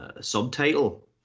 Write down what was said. subtitle